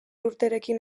urterekin